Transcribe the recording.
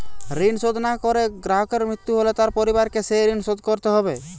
ঋণ শোধ না করে গ্রাহকের মৃত্যু হলে তার পরিবারকে সেই ঋণ শোধ করতে হবে?